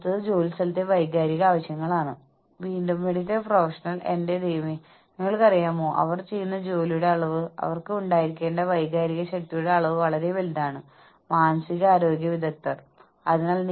ആശയവിനിമയത്തിൽ ഒരു സുതാര്യത ആവശ്യമാണ് പ്രത്യേകിച്ച് ജീവനക്കാരെ പ്രോത്സാഹിപ്പിക്കുന്നതിന് വേണ്ടിയുള്ള പദ്ധതികൾ സ്ഥാപന കേന്ദ്രീകൃതമല്ല ജീവനക്കാരുടെ കേന്ദ്രീകൃതമാകണം